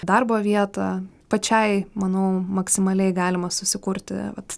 darbo vietą pačiai manau maksimaliai galima susikurti vat